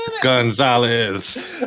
Gonzalez